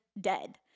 dead